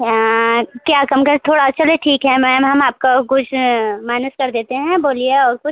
यहाँ क्या कम करें थोड़ा चलिए ठीक है मैम हम आपका कुछ माइनस कर देते हैं बोलिए और कुछ